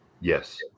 Yes